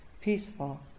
peaceful